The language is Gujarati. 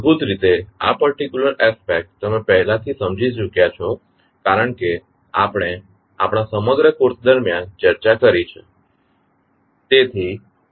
મૂળભૂત રીતે આ પર્ટિક્યુલર એસ્પેક્ટ્ તમે પહેલાથી સમજી ચૂક્યા છો કારણ કે આપણે આપણા સમગ્ર કોર્સ દરમિયાન ચર્ચા કરી છે